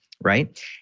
right